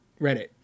Reddit